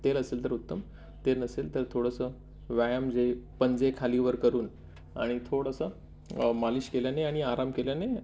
तेल असेल तर उत्तम तेल नसेल तर थोडंसं व्यायाम जे पंजे खालीवर करून आणि थोडंसं मालिश केल्याने आणि आराम केल्याने